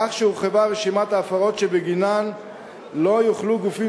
כך שהורחבה רשימת ההפרות שבגינן לא יוכלו גופים